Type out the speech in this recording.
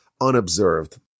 unobserved